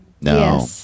No